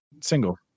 single